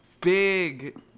big